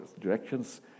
directions